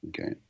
Okay